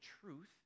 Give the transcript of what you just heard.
truth